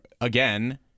again